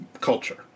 culture